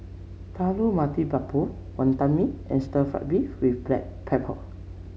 Telur Mata Lembu Wantan Mee and Stir Fried Beef with Black Pepper